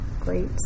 Great